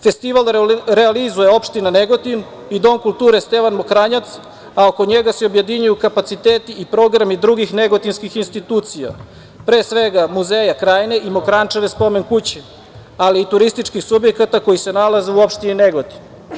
Festival realizuje opština Negotin i Dom kulture „Stevan Mokranjac“, a oko njega se objedinjuju kapaciteti i programi drugih negotinskih institucija, pre svega muzeja krajne i Mokranjčeve spomene kuće, ali i turističkih subjekata koji se nalaze u opštini Negotin.